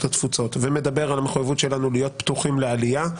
התפוצות ומדבר על המחויבות שלנו להיות פתוחים לעלייה,